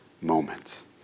moments